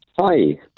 Hi